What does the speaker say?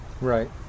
Right